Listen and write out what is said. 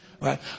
right